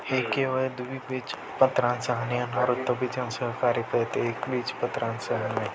हे केवळ द्विबीजपत्रांसह आणि अनावृत्त बीजांसह कार्य करते एकबीजपत्रांसह नाही